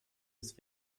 ist